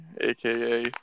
aka